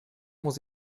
muss